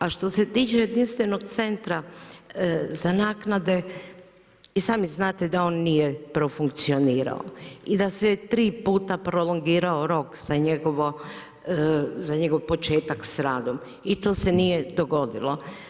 A što se tiče jedinstvenog centra za naknade i sami znate da on nije profunkcionirao i da se tri puta prolongirao rok za njegov početak s radom i to se nije dogodilo.